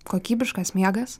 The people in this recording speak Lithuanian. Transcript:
kokybiškas miegas